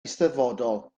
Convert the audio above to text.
eisteddfodol